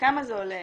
כמה זה עולה,